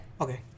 Okay